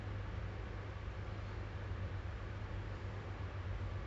I mean it's a game that girlfriend and boyfriend plays [what] together you know